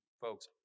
folks